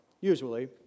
usually